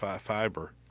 fiber